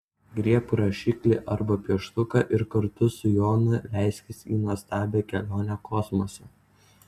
griebk rašiklį arba pieštuką ir kartu su jonu leiskis į nuostabią kelionę kosmose